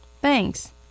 thanks